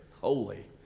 holy